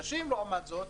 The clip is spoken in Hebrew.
נשים, לעומת זאת,